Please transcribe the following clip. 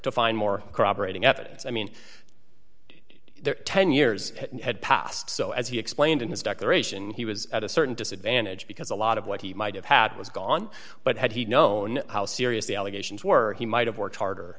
to find more corroborating evidence i mean there ten years had passed so as he explained in his declaration he was at a certain disadvantage because a lot of what he might have had was gone but had he known how serious the allegations were he might have worked harder